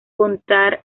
contar